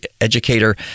educator